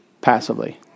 passively